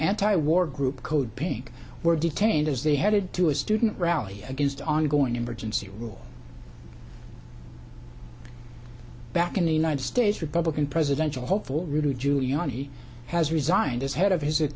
anti war group code pink were detained as they headed to a student rally against the ongoing emergency rule back in the united states republican presidential hopeful rudy giuliani has resigned as head of his